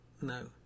No